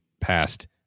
past